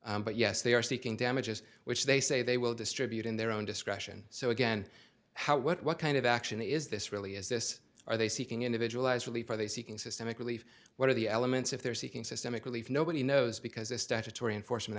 dismissed but yes they are seeking damages which they say they will distribute in their own discretion so again how what kind of action is this really is this are they seeking individualised relief are they seeking systemic relief what are the elements if they're seeking systemic relief nobody knows because the statutory enforcement